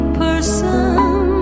person